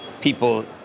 people